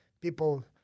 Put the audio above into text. people